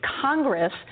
Congress